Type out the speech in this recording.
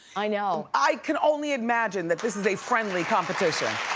i know. i can only imagine that this is a friendly competition.